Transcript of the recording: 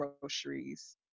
groceries